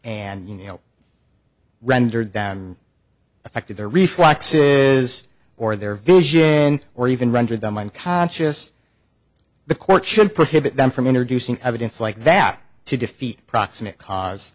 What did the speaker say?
and you know rendered down affected their reflexes or their vision or even rendered them i'm conscious the court should prohibit them from interview some evidence like that to defeat proximate cause